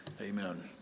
Amen